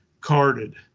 carded